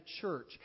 church